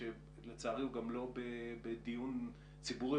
כשלצערי הוא גם לא בדיון ציבורי,